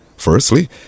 Firstly